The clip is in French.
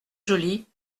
joli